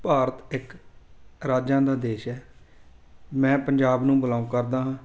ਭਾਰਤ ਇੱਕ ਰਾਜਾਂ ਦਾ ਦੇਸ਼ ਹੈ ਮੈਂ ਪੰਜਾਬ ਨੂੰ ਬਿਲੋਂਗ ਕਰਦਾ ਹਾਂ